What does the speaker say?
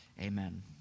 amen